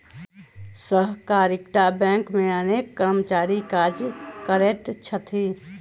सहकारिता बैंक मे अनेक कर्मचारी काज करैत छथि